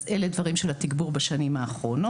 אז אלה דברים של התגבור בשנים האחרונות.